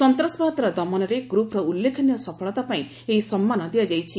ସନ୍ତାସବାଦର ଦମନରେ ଗ୍ରପ୍ର ଉଲ୍ଲେଖନୀୟ ସଫଳତା ପାଇଁ ଏହି ସମ୍ମାନ ଦିଆଯାଇଛି